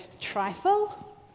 trifle